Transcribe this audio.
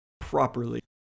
properly